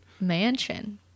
mansion